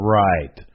right